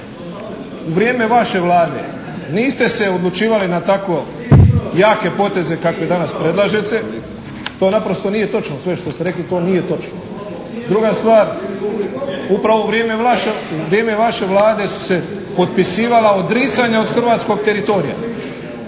u vrijeme vaše Vlade niste se odlučivali na tako jake poteze kakve danas predlažete, to naprosto nije točno, sve što ste rekli nije točno. Druga stvar, upravo u vrijeme vaše Vlade su se potpisivala odricanja od hrvatskog teritorija.